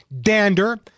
dander